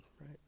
right